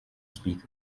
speak